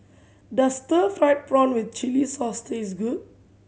does stir fried prawn with chili sauce taste good